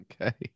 Okay